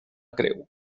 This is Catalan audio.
creu